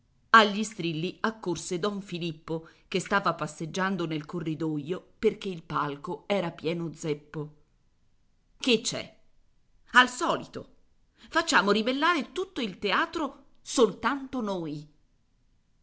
agli strilli accorse don filippo che stava passeggiando nel corridoio perché il palco era pieno zeppo che c'è al solito facciamo ribellare tutto il teatro soltanto noi